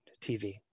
tv